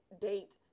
date